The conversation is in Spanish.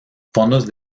fondos